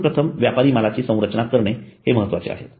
म्हणून प्रथम व्यापारी मालाची संरचना करणे हे महत्वाचे आहे